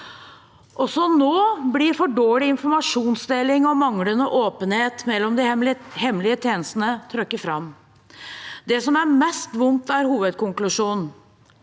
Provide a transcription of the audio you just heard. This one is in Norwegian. nå blir for dårlig informasjonsdeling og manglende åpenhet mellom de hemmelige tjenestene trukket fram. Det som er mest vondt, er hovedkonklusjonen